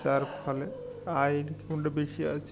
যার ফলে আয়ের বেশি আছে